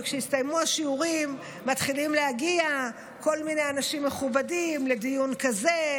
וכשהסתיימו השיעורים מתחילים להגיע כל מיני אנשים מכובדים לדיון כזה,